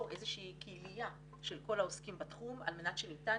איזושהי קהילייה של כל העוסקים בתחום על מנת שניתן